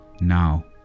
Now